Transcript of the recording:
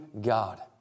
God